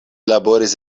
laboris